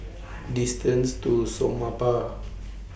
distance to Somapah